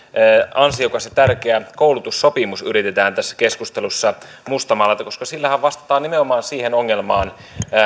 ansiokas ja tärkeä koulutussopimus yritetään tässä keskustelussa mustamaalata koska sillähän vastataan nimenomaan siihen ongelmaan